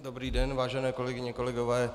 Dobrý den, vážené kolegyně, kolegové.